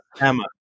Emma